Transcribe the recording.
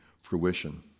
fruition